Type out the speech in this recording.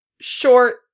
short